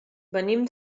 venim